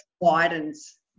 widens